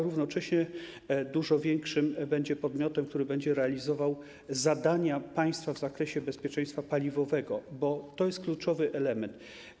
Równocześnie będzie on dużo większym podmiotem, który będzie realizował zadania państwa w zakresie bezpieczeństwa paliwowego, bo to jest kluczowy element.